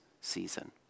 season